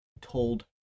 told